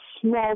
small